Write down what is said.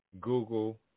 Google